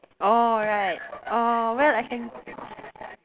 orh right orh well I can